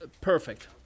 Perfect